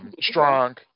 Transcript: Strong